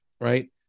right